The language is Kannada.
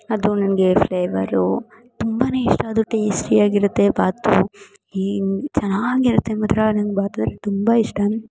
ಅದು ನನಗೆ ಫ್ಲೇವರು ತುಂಬಾ ಇಷ್ಟ ಅದು ಟೇಸ್ಟಿಯಾಗಿರುತ್ತೆ ಬಾತು ಏನು ಚೆನ್ನಾಗಿರುತ್ತೆ ಮಾತ್ರ ನಂಗೆ ಬಾತ್ ಅಂದರೆ ತುಂಬ ಇಷ್ಟ